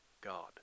God